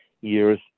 years